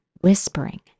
whispering